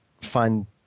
find